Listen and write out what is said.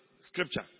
scripture